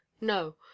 no